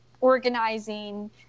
organizing